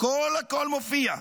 הכול הכול מופיע,